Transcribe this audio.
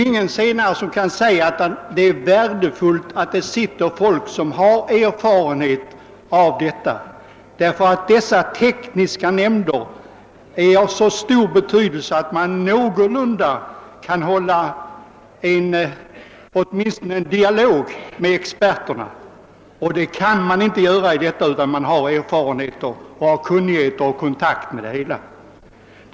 Ingen kan påstå annat än att det är värdefullt att det i fastighetsnämnden sitter folk som har erfarenhet på detta område. I dessa tekniska nämnder är det nämligen av stor betydelse att man någorlunda jämställt kan föra en dialog med experterna, och det kan man inte göra utan att ha erfarenhet, kunnighet och kontakt med det hela.